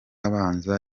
abanza